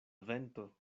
vento